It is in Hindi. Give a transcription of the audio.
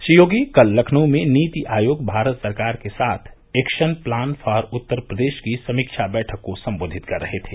श्री योगी कल लखनऊ में नीति आयोग भारत सरकार के साथ action plan for Uttar Pradesh की समीक्षा बैठक को संबोधित कर रहे थे